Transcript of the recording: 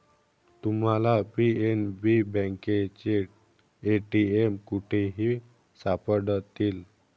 तुम्हाला पी.एन.बी बँकेचे ए.टी.एम कुठेही सापडतील